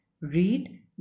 Read